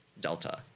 delta